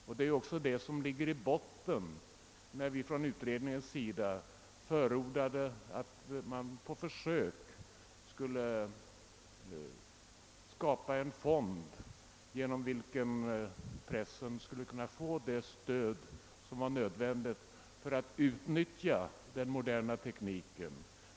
Det var ju också detta som låg i botten, när vi från utredningens sida förordade att det på försök skulle skapas en fond genom vilken pressen skulle kunna få det stöd som var nödvändigt för att utnyttja den moderna tekniken.